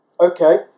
Okay